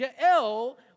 Jael